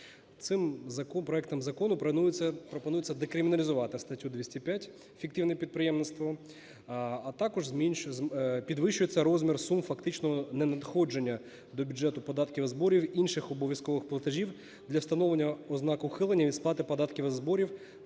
Цим проектом закону пропонується декриміналізувати статтю 205: фіктивне підприємництво. А також підвищується розмір сум фактично не надходження до бюджету податків і зборів, інших обов'язкових платежів. Для встановлення ознак ухилення від сплати податків і зборів